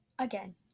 Again